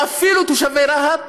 או אפילו כמו תושבי רהט,